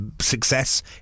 success